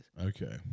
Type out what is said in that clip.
Okay